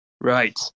right